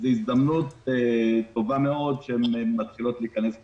זו הזדמנות טובה מאוד שהן מתחילות להיכנס לפעילות.